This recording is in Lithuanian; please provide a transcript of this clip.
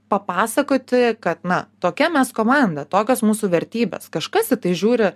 papasakoti kad na tokia mes komanda tokios mūsų vertybės kažkas į tai žiūri